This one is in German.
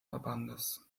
verbandes